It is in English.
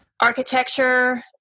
architecture